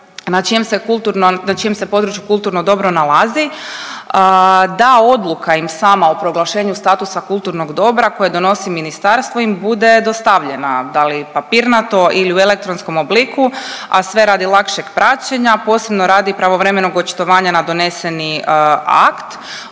na čijem se području kulturno dobro nalazi da odluka im sama o proglašenju statusa kulturnog dobra koje donosi ministarstvo im bude dostavljena, da li papirnato ili u elektronskom obliku, a sve radi lakšeg praćenja, posebno radi pravovremenog očitovanja na doneseni akt.